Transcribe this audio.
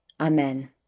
Amen